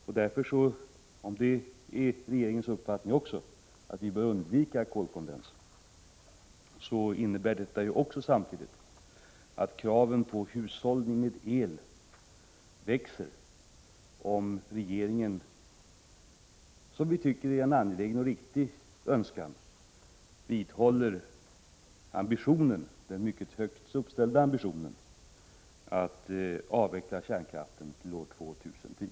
Om det också är regeringens uppfattning att vi bör undvika kolkondens, innebär ju det att kraven på hushållning med el växer, om regeringen vidhåller den mycket högt uppställda ambitionen att avveckla kärnkraften till år 2010 — en önskan som vi anser vara angelägen och riktig.